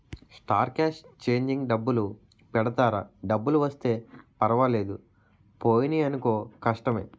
star cast changing డబ్బులు పెడతారా డబ్బులు వస్తే పర్వాలేదు పోయినాయనుకో కష్టమే